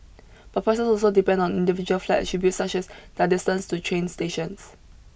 but prices also depend on individual flat attributes such as their distance to train stations